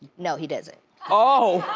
no, he doesn't. oh!